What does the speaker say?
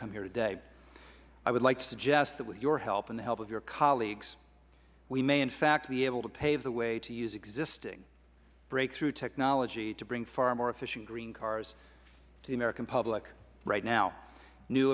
come here today i would like to suggest with your help and the help of your colleagues we may in fact be able to pave the way to use existing breakthrough technology to bring far more efficient green cars to the american public right now new